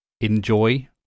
enjoy